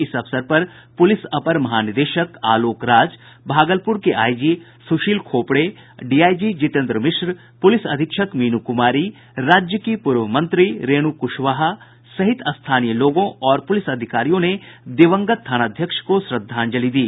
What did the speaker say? इस अवसर पर पुलिस अपर महानिदेशक आलोक राज भागलपुर के IG Sushil Khopde DIG Jitendra Mishra police अधीक्षक मीनू कुमारी राज्य की पूर्व मंत्री रेणु कुशवाहा सहित स्थानीय लोगों और पुलिस अधिकारियों ने दिवंगत थानाध्यक्ष को श्रद्धांजलि दी